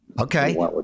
Okay